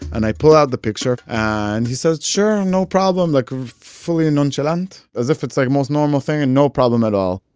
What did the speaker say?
and i pull out the picture. and he said, sure, no problem. like fully nonchalant, as if it's like most normal thing and no problem at all.